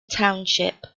township